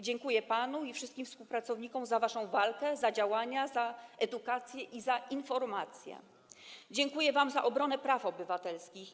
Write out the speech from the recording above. Dziękuję panu i wszystkim współpracownikom za waszą walkę, za działania, za edukację i za informacje, dziękuję wam za obronę praw obywatelskich.